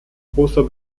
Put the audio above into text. großer